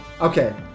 okay